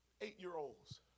Eight-year-olds